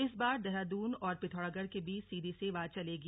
इस बार देहरादून और पिथौरागढ़ के बीच सीधी सेवा चलेगी